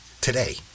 today